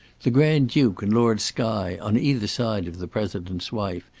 the grand-duke and lord skye, on either side of the president's wife,